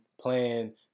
playing